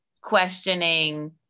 questioning